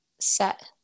set